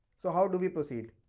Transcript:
so how do we proceed?